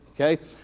Okay